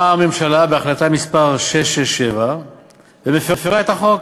באה הממשלה בהחלטה מס' 667 ומפרה את החוק,